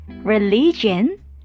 religion